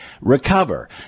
recover